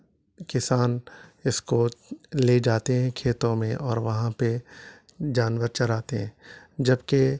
کسان اس کو لے جاتے ہیں کھیتوں میں اور وہاں پہ جانور چراتے ہیں جبکہ